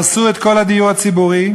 הרסו את כל הדיור הציבורי,